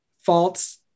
false